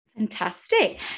Fantastic